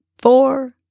four